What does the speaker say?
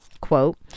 quote